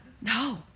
No